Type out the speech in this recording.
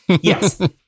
Yes